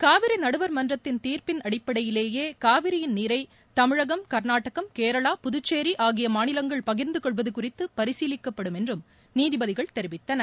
காவிரி நடுவர் மன்றத்தின் தீர்ப்பின் அடிப்படையிலேயே காவிரியின் நீரை தமிழகம் கர்நாடகம் கேரளா புதுச்சேரி ஆகிய மாநிலங்கள் பகிர்ந்து கொள்வது குறித்து பரிசீலிக்கப்படும் என்றும் நீதிபதிகள் தெரிவித்தனர்